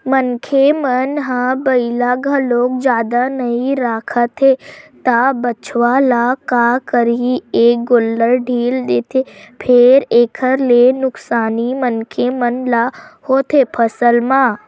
मनखे मन ह बइला घलोक जादा नइ राखत हे त बछवा ल का करही ए गोल्लर ढ़ील देथे फेर एखर ले नुकसानी मनखे मन ल होथे फसल म